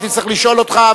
הייתי צריך לשאול אותך,